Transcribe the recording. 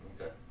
Okay